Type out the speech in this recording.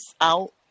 out